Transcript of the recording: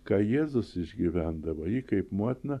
ką jėzus išgyvendavo ji kaip motina